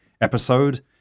episode